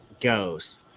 goes